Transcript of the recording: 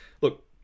look